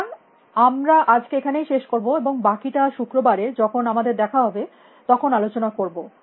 সুতরাং আমরা আজকে এখানেই শেষ করব এবং বাকিটা শুক্রবারে যখন আমাদের দেখা হবে তখন আলোচনা করব